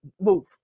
move